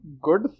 good